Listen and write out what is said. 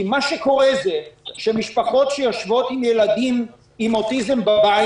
כי מה שקורה הוא שמשפחות שיושבות עם ילדים עם אוטיזם בבית